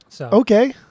Okay